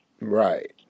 Right